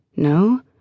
No